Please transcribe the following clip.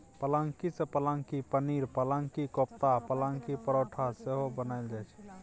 पलांकी सँ पलांकी पनीर, पलांकी कोपता आ पलांकी परौठा सेहो बनाएल जाइ छै